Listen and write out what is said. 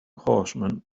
horsemen